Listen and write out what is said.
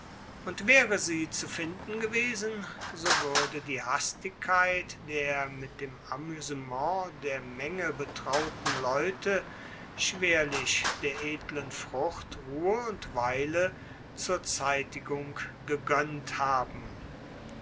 und waere sie zu finden gewesen so wuerde die hastigkeit der mit dem amuesement der menge betrauten leute schwerlich der edlen frucht ruhe und weile zur zeitigung gegoennt haben